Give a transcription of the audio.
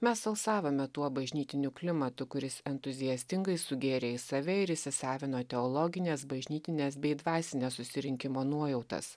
mes alsavome tuo bažnytiniu klimatu kuris entuziastingai sugėrė į save ir įsisavino teologines bažnytines bei dvasines susirinkimo nuojautas